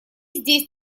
здесь